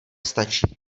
stačí